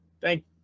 Thank